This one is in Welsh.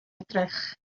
edrych